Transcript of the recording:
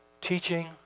teaching